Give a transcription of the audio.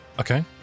Okay